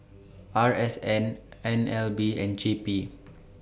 R S N N L B and J P